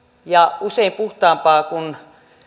ja usein puhtaampaa kuin